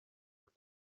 with